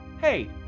Hey